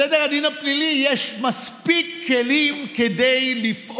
בסדר הדין הפלילי יש מספיק כלים לפעול